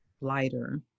lighter